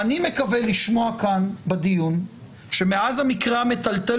ואני מקווה לשמוע כאן בדיון שמאז המקרה המטלטל